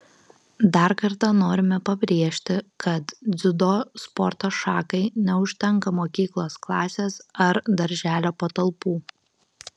dar kartą norime pabrėžti kad dziudo sporto šakai neužtenka mokyklos klasės ar darželio patalpų